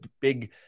big